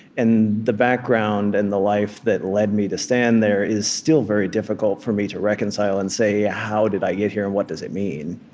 and the background and the life that led me to stand there is still very difficult for me to reconcile and say, how did i get here, and what does it mean?